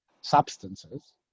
substances